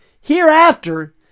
Hereafter